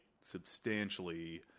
substantially